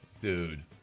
dude